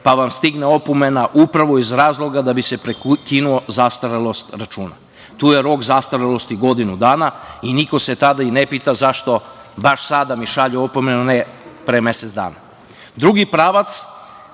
pa vam stigne opomena upravo iz razloga da bi se prekinula zastarelost računa. Tu je rok zastarelosti godinu dana i niko se tada i ne pita zašto baš sada mi šalju opomenu, a ne pre mesec dana. Drugi pravac